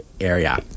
area